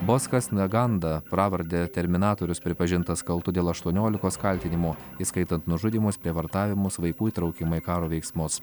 boskas naganda pravarde terminatorius pripažintas kaltu dėl aštuoniolikos kaltinimų įskaitant nužudymus prievartavimus vaikų įtraukimą į karo veiksmus